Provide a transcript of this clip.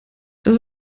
dass